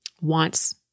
wants